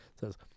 Says